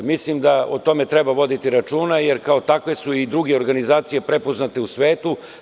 Mislim da o tome treba voditi računa, jer kao takve su i druge organizacije prepoznate u svetu.